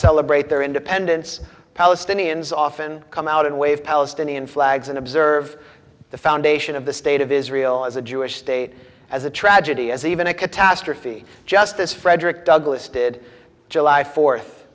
celebrate their independence palestinians often come out and wave palestinian flags and observe the foundation of the state of israel as a jewish state as a tragedy as even a catastrophe just this frederick douglas did july fourth